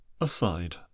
Aside